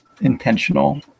intentional